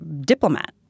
diplomat